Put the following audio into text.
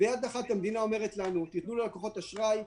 ביד אחד המדינה אומרת לנו: תנו ללקוחות אשראי,